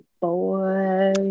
boy